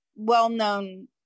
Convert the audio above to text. well-known